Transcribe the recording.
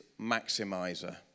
maximizer